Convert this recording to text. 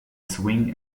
swing